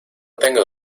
tengo